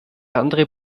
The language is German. andere